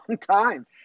time